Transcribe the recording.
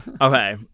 okay